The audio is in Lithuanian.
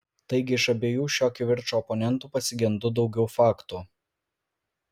taigi iš abiejų šio kivirčo oponentų pasigendu daugiau faktų